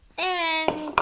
and